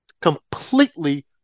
completely